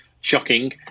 shocking